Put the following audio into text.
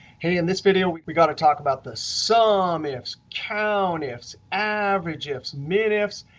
hey, in this video we got to talk about the so sumifs, countifs, averageifs, minifs,